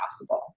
possible